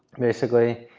basically.